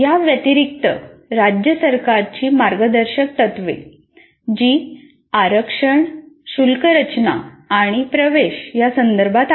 या व्यतिरिक्त राज्य सरकारांची मार्गदर्शक तत्त्वे जी आरक्षणे शुल्क रचना आणि प्रवेश या संदर्भात आहेत